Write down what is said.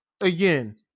Again